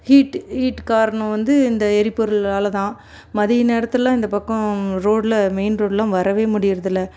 heat heat காரணம் வந்து இந்த எரிபொருளால் தான் மதிய நேரத்தில் இந்த பக்கம் ரோட்டில மெயின் ரோட்டில வரவே முடியிறதில்லை